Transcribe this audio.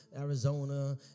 Arizona